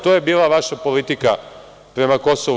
To je bila vaša politika prema KiM.